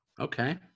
okay